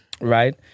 right